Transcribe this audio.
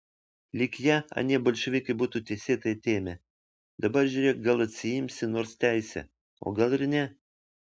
lyg ją anie bolševikai būtų teisėtai atėmę dabar žiūrėk gal atsiimsi nors teisę o gal ir ne